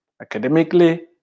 academically